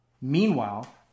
Meanwhile